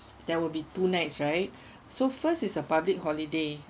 there will be two nights right so first is a public holiday